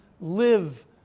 live